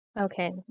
Okay